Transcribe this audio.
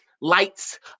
lights